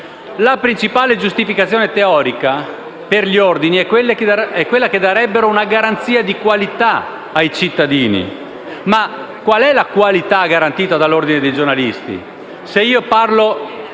La principale giustificazione teorica per gli ordini è che darebbero una garanzia di qualità ai cittadini. Ma qual è la qualità garantita dall'Ordine dei giornalisti?